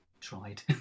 tried